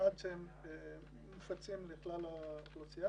ועד שהם מופצים לכלל האוכלוסייה,